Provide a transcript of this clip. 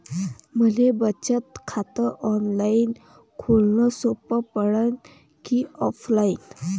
मले बचत खात ऑनलाईन खोलन सोपं पडन की ऑफलाईन?